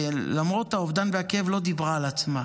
ולמרות האובדן והכאב היא לא דיברה על עצמה.